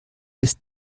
ist